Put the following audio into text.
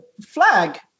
Flag